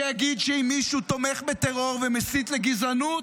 שיגיד שאם מישהו תומך בטרור ומסית לגזענות,